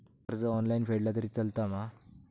कर्ज ऑनलाइन फेडला तरी चलता मा?